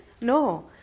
No